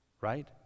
right